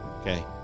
okay